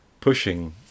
pushing